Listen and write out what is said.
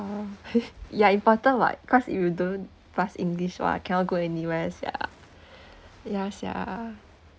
ya important [what] cause if you don't pass english !wah! I cannot go anywhere sia ya sia